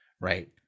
Right